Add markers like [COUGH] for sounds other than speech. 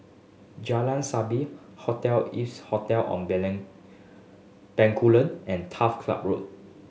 Jalan Sabit Hotel Ibis Hotel [UNINTELLIGIBLE] Bencoolen and Turf Club Road